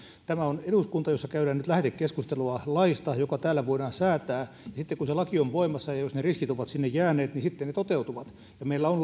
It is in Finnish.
tämä on eduskunta jossa käydään nyt lähetekeskustelua laista joka täällä voidaan säätää ja sitten kun se laki on voimassa jos ne riskit ovat sinne jääneet niin ne toteutuvat ja meillä on